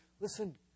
Listen